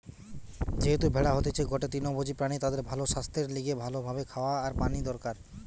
যেহেতু ভেড়া হতিছে গটে তৃণভোজী প্রাণী তাদের ভালো সাস্থের লিগে ভালো ভাবে খাওয়া আর পানি দরকার